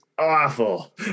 awful